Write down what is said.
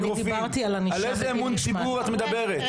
על איזה אמון ציבור את מדברת?